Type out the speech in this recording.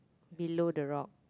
below the rock